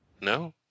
No